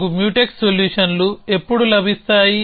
మనకు మ్యూటెక్స్ సొల్యూషన్లు ఎప్పుడు లభిస్తాయి